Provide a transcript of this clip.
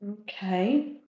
Okay